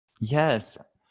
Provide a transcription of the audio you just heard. Yes